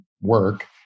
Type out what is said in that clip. work